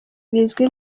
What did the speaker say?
bizwi